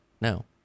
No